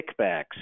kickbacks